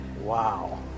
Wow